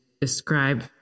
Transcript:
describe